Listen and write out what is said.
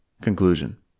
Conclusion